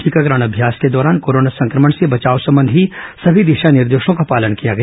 टीकाकरण अभ्यास के दौरान कोरोना संक्रमण से बचाव संबंधी समी दिशा निर्देशों का पालन किया गया